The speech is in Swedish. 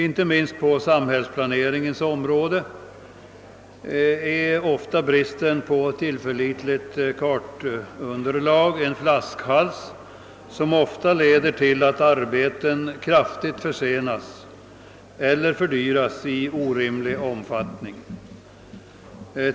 Inte minst på samhällsplaneringens område är ofta bristen på tillförlitligt kartunderlag en flaskhals, som leder till att arbeten kraftigt försenas eller fördyras i orimlig omfattning.